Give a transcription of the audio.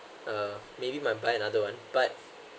uh maybe might buy another one but